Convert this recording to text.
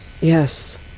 Yes